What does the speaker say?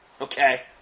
Okay